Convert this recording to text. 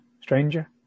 Stranger